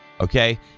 Okay